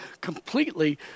completely